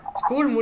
School